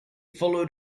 followed